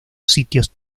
sitios